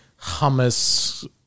hummus